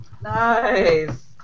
Nice